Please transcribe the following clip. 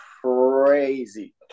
crazy